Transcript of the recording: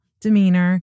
demeanor